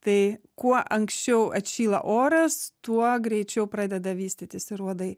tai kuo anksčiau atšyla oras tuo greičiau pradeda vystytis ir uodai